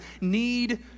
need